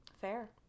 Fair